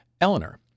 Eleanor